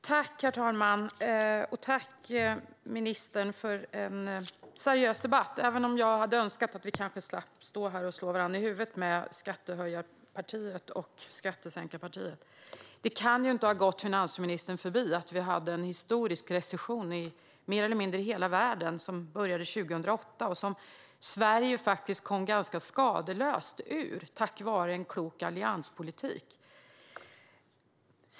Herr talman! Jag tackar ministern för en seriös debatt, även om jag hade önskat att vi hade sluppit stå här och slå varandra i huvudet med skattehöjarpartiet respektive skattesänkarpartiet. Det kan inte ha gått finansministern förbi att vi hade en historisk recession i mer eller mindre hela världen, som började 2008 och som Sverige kom ganska skadeslöst ur tack vare en klok allianspolitik.